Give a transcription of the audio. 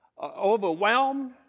overwhelmed